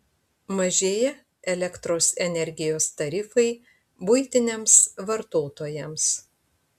mažėja elektros energijos tarifai buitiniams vartotojams